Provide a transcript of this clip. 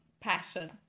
passion